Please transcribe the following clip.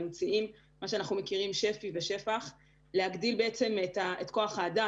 להגדיל את כוח האדם,